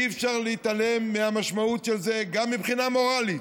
ואי-אפשר להתעלם מהמשמעות של זה גם מבחינה מורלית,